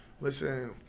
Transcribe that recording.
listen